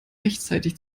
rechtzeitig